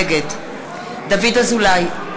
נגד דוד אזולאי,